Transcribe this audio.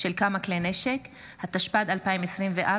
התשפ"ד 2024,